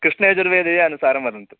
कृष्णयजुर्वेदीय अनुसारं वदन्तु